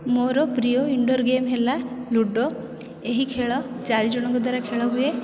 ମୋର ପ୍ରିୟ indoor game ହେଲା ଲୁଡ଼ୋ ଏହି ଖେଳ ଚାରିଜଣଙ୍କ ଦ୍ୱାରା ଖେଳ ହୁଏ